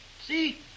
See